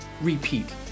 repeat